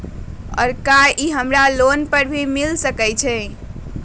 और का इ हमरा लोन पर भी मिल सकेला?